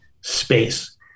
space